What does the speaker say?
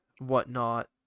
whatnot